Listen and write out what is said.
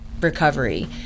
recovery